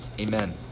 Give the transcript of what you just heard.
Amen